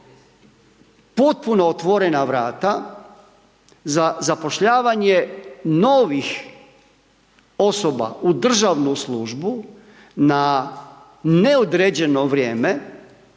potpuno otvorena vrata za zapošljavanje novih osoba u državnu službu na neodređeno vrijeme,